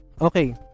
Okay